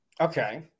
Okay